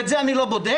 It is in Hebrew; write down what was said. ואת זה אני לא בודק.